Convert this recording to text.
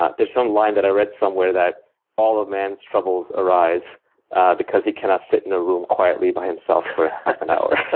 ah there's some line that i read somewhere that all of man's troubles arise because he cannot sit in a room quietly by himself an hour.